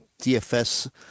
DFS